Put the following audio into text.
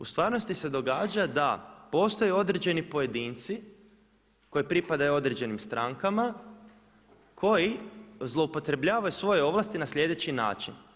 U stvarnosti se događa da postoje određeni pojedinci koji pripadaju određenim strankama koji zloupotrebljavaju svoje ovlasti na sljedeći način.